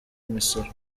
imisoro